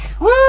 Woo